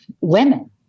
women